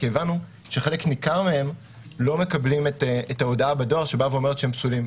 כי הבנו שחלק ניכר מהם לא מקבל את ההודעה בדואר שאומרת שהם פסולים.